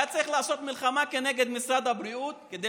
היה צריך לעשות מלחמה נגד משרד הבריאות כדי